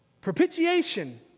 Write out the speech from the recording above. propitiation